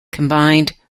combined